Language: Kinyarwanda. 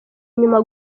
inyuma